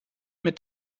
mit